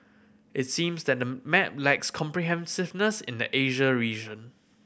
it seems that the map lacks comprehensiveness in the Asia region